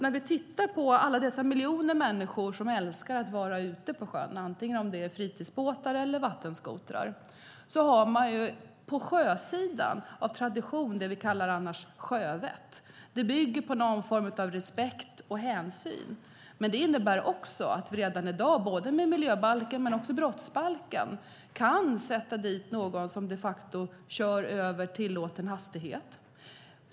När vi tittar på alla dessa miljoner människor som älskar att vara ute på sjön, antingen i fritidsbåt eller med vattenskoter, vet vi att det på sjösidan finns det vi av tradition kallar sjövett. Det bygger på någon form av respekt och hänsyn. Det innebär att vi redan i dag med stöd av miljöbalken, och också brottsbalken, kan sätta dit den som de facto kör över tillåten hastighet.